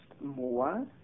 more